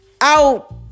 out